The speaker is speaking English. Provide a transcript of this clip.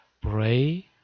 Pray